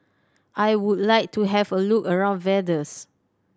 I would like to have a look around Vaduz